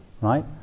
Right